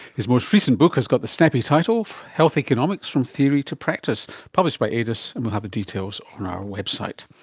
his most recent book has got the snappy title health economics from theory to practice, published by adis, and we'll have the details on our website.